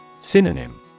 Synonym